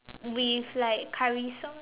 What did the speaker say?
with like Curry sauce